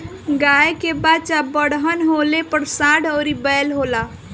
गाय के बच्चा बड़हन होले पर सांड अउरी बैल होला